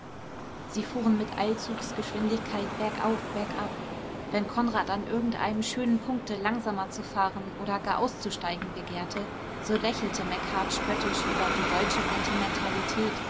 sie fuhren mit eilzugsgeschwindigkeit bergauf bergab wenn konrad an irgendeinem schönen punkte langsamer zu fahren oder gar auszusteigen begehrte so lächelte macheart spöttisch über die deutsche sentimentalität